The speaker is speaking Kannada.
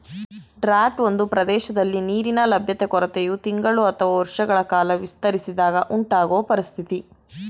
ಡ್ರೌಟ್ ಒಂದು ಪ್ರದೇಶದಲ್ಲಿ ನೀರಿನ ಲಭ್ಯತೆ ಕೊರತೆಯು ತಿಂಗಳು ಅಥವಾ ವರ್ಷಗಳ ಕಾಲ ವಿಸ್ತರಿಸಿದಾಗ ಉಂಟಾಗೊ ಪರಿಸ್ಥಿತಿ